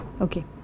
okay